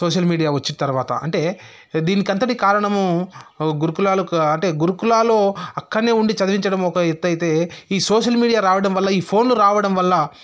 social media వచ్చిన తర్వాత అంటే దీనికంతటికి కారణము గురుకులాలకు అంటే గురుకులాలో అక్కడనే ఉండి చదివించడం ఒక ఎత్తు అయితే ఈ సోషల్ మీడియా రావడం వల్ల ఈ ఫోన్లు రావడం వల్ల